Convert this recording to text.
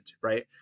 right